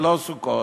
ללא סוכות,